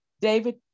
David